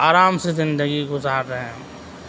آرام سے زندگی گزار رہے ہیں ہم